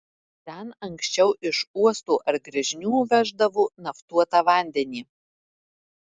ten anksčiau iš uosto ar gręžinių veždavo naftuotą vandenį